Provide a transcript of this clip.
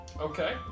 Okay